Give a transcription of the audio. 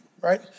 right